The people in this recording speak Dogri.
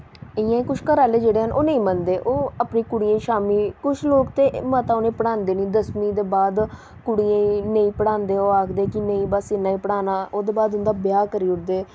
इ'यां कुछ घर आह्ले जेह्ड़े न ओह् नेईं मनदे ओह् अपनी कुड़ियें ई शामीं कुछ लोग ते मता उ'नें ई पढ़ांदे निं दसमीं दे बाद कुड़ियें ई नेईं पढ़ांदे ओह् आखदे कि नेईं बस इ'न्ना ई पढ़ाना ओह्दे बाद उंदा ब्याह् करी ओड़दे